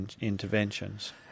interventions